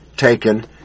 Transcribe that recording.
taken